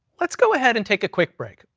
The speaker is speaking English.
let's go ahead, and take a quick break.